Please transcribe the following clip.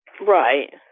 Right